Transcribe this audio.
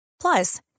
Plus